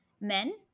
men